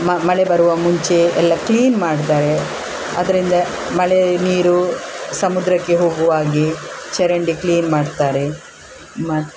ಮ ಮಳೆ ಬರುವ ಮುಂಚೆ ಎಲ್ಲ ಕ್ಲೀನ್ ಮಾಡ್ತಾರೆ ಅದರಿಂದ ಮಳೆ ನೀರು ಸಮುದ್ರಕ್ಕೆ ಹೋಗುವಾಗೆ ಚರಂಡಿ ಕ್ಲೀನ್ ಮಾಡ್ತಾರೆ ಮತ್ತು